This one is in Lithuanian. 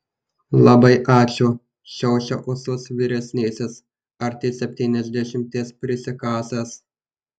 labai ačiū šiaušia ūsus vyresnysis arti septyniasdešimties prisikasęs